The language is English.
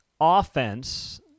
offense